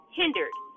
hindered